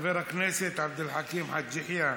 חבר הכנסת עבד אל חכים חאג' יחיא,